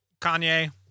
Kanye